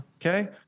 okay